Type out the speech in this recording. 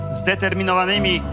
zdeterminowanymi